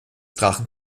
drachen